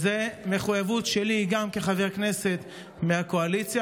זו גם מחויבות שלי כחבר כנסת מהקואליציה,